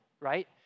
right